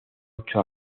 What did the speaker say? ocho